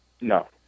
No